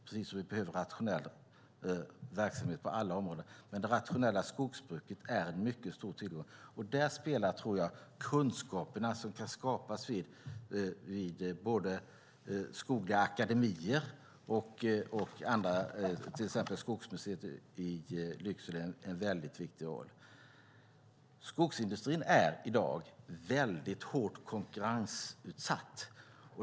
Vi behöver en rationell verksamhet på alla områden, men det rationella skogsbruket är en mycket stor tillgång. Där spelar de kunskaper som kan skapas både vid skogliga akademier och på andra ställen, till exempel Skogsmuseet i Lycksele, en viktig roll. Skogsindustrin är i dag hårt konkurrensutsatt.